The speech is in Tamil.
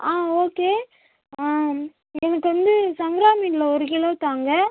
ஆ ஓகே எனக்கு வந்து சங்கரா மீனில் ஒரு கிலோ தாங்க